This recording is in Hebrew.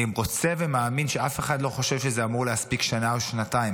אני רוצה להאמין שאף אחד לא חושב שזה אמור להספיק לשנה או שנתיים,